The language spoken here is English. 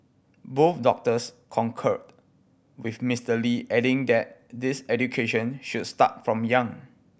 both doctors concurred with Mister Lee adding that this education should start from young